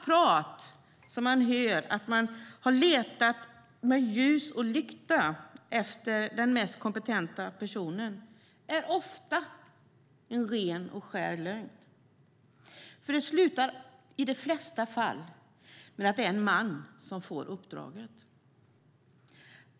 Prat som hörs om att man med ljus och lykta har letat efter den mest kompetenta personen är ofta ren och skär lögn, för i de flesta fall slutar det med att det är en man som får uppdraget.